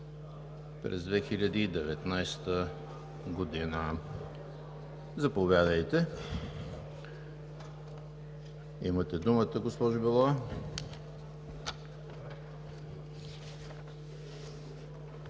през 2019 г. Заповядайте, имате думата, госпожо Белова.